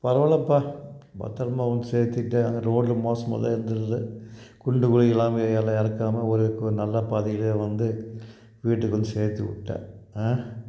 பரவாயில்லப்பா பத்திரமா வந்து சேர்த்திட்ட அங்கே ரோடு மோசமாக தான் இருந்ததது குண்டு குழி இல்லாமல் ஏறி இறக்காம ஒரே கு நல்லா பாதையிலே வந்து வீட்டுக்கு வந்து சேர்த்தி விட்ட ஆ